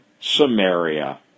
Samaria